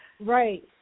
Right